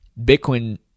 Bitcoin